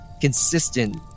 consistent